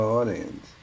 audience